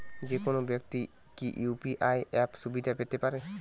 যেকোনো ব্যাক্তি কি ইউ.পি.আই অ্যাপ সুবিধা পেতে পারে?